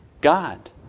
God